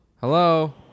Hello